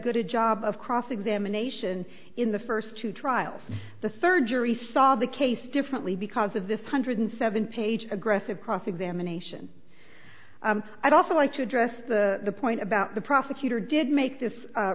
good a job of cross examination in the first two trials the surgery saw the case differently because of this hundred seven page aggressive cross examination i'd also like to address the point about the prosecutor did make this